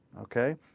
okay